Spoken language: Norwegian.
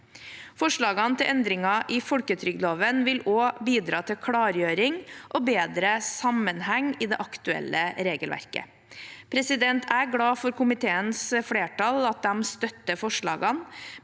Forslagene til endringer i folketrygdloven vil også bidra til klargjøring og bedre sammenheng i det aktuelle regelverket. Jeg er glad for at komiteens flertall støtter forslagene,